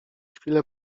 chwilę